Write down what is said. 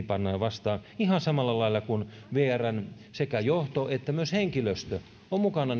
pannaan vastaan ihan samalla lailla kuin sekä vrn johto että myös henkilöstö ovat mukana